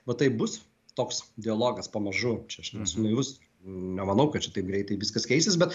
va taip bus toks dialogas pamažu čia aš nesu naivus nemanau kad čia taip greitai viskas keisis bet